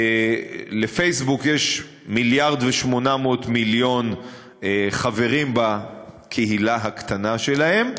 לפייסבוק יש מיליארד ו-800 מיליון חברים בקהילה הקטנה שלהם,